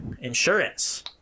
insurance